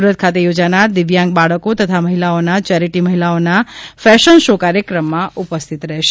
સુરત ખાતે યોજાનાર દિવ્યાંગ બાળકો તથા મહિલાઓના ચેરિટી મહિલાઓના ચેરિટી ફેશન શો કાર્યક્રમમાં ઉપસ્થિત રહેશે